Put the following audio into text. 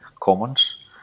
commons